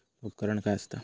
उपकरण काय असता?